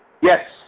Yes